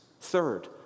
Third